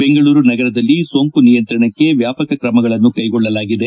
ಬೆಂಗಳೂರು ನಗರದಲ್ಲಿ ಸೋಂಕು ನಿಯಂತ್ರಣಕ್ಕೆ ವ್ಯಾಪಕ ಕ್ರಮಗಳನ್ನು ಕ್ಲೆಗೊಳ್ಳಲಾಗಿದೆ